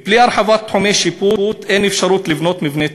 בלי הרחבת תחומי שיפוט אין אפשרות לבנות מבני ציבור,